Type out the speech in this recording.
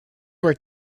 were